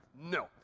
no